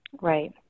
right